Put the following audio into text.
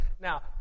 Now